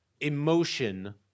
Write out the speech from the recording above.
emotion